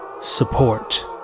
support